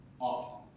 often